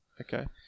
Okay